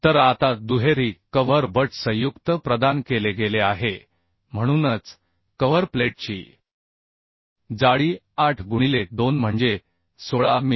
तर आता दुहेरी कव्हर बट संयुक्त प्रदान केले गेले आहे म्हणूनच कव्हर प्लेटची जाडी 8 गुणिले 2 म्हणजे 16 मि